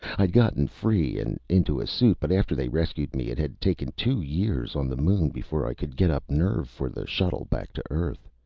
i'd gotten free and into a suit, but after they rescued me, it had taken two years on the moon before i could get up nerve for the shuttle back to earth.